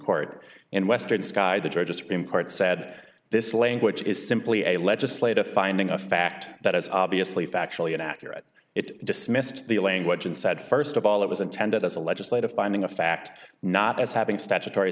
court in western sky the georgia supreme court said this language is simply a legislative finding a fact that is obviously factually inaccurate it dismissed the language and said first of all it was intended as a legislative finding a fact not as having statutory